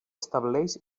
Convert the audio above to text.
estableix